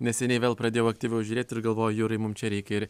neseniai vėl pradėjau aktyviau žiūrėti ir galvoju jurai mum čia reikia ir